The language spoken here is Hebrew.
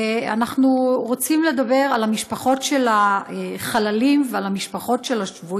אנחנו רוצים לדבר על המשפחות של החללים והשבויים,